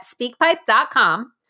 speakpipe.com